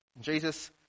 Jesus